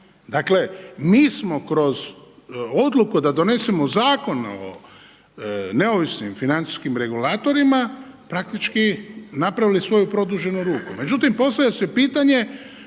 Dakle mi smo kroz odluku da donesemo zakon o neovisnim financijskim regulatorima, praktički napravili svoju produženu ruku. Međutim postavlja se pitanje